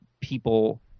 people –